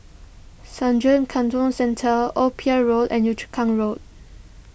Sungei Kadut Central Old Pier Road and Yio Chu Kang Road